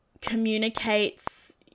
communicates